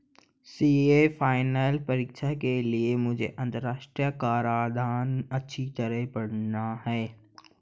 CA final परीक्षा के लिए मुझे अंतरराष्ट्रीय कराधान अच्छी तरह पड़ना है